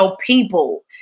people